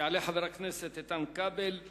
יעלה חבר הכנסת איתן כבל.